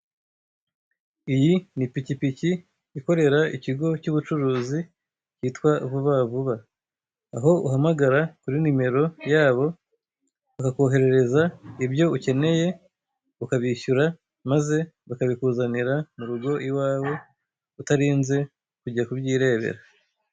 Iyi ni ipikipiki ikorera ikigo cy'ubucuruzi cyitwa Vuba vuba, aho uhamagara kuri nimero yabo, bakakoherereza ibyo ukeneye ukabishyura maze bakabikuzanira murugo iwawe utarinze kujya kubyirebera.